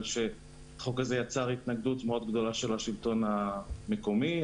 שהחוק יצר התנגדות מאוד גדולה של השלטון המקומי.